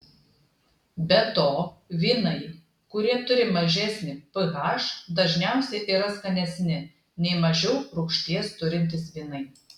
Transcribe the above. be to vynai kurie turi mažesnį ph dažniausiai yra skanesni nei mažiau rūgšties turintys vynai